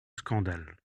scandale